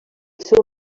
seu